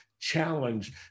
challenge